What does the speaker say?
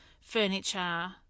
furniture